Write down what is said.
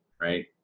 right